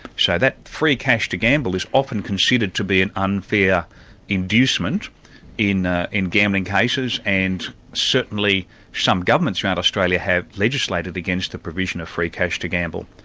so that free cash to gamble is often considered to be an unfair inducement in ah in gambling cases and certainly some governments around australia have legislated against the provision of free cash to gamble.